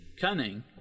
cunning